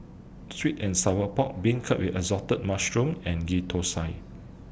Sweet and Sour Pork Beancurd with Assorted Mushrooms and Ghee Thosai